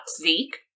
Zeke